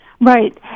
right